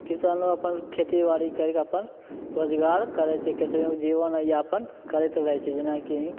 किसानो अपन खेतीबाड़ी कैरि कऽ अपन रोजगार करै छै कैसेहु जीवनयापन करैत रहै छै जेनाकि